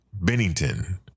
Bennington